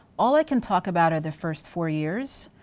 all i can talk about are the first four years,